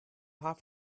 have